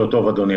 אדוני.